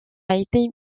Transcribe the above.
été